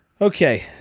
Okay